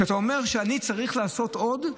כשאתה אומר שאני צריך לעשות עוד,